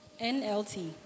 nlt